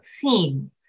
theme